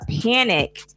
panic